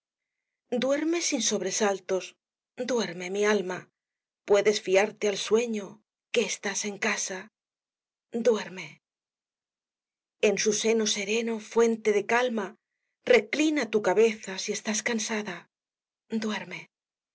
duerme sin sobresaltos duerme mi alma puedes fiarte al sueño que estás en casa duerme en su seno sereno fuente de calma reclina tu cabeza si está cansada duerme